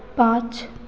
पाँच